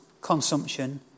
consumption